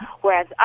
Whereas